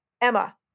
Emma